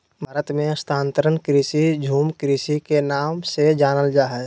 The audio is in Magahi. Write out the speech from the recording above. भारत मे स्थानांतरण कृषि, झूम कृषि के नाम से जानल जा हय